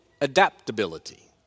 adaptability